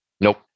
Nope